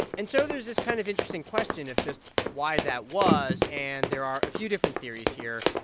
and so there's this kind of interesting question of just why that was, and there are a few different theories here.